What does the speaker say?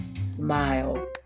smile